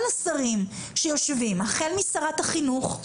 כל השרים שיושבים, החל משרת החינוך,